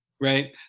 Right